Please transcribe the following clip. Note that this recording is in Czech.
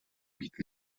být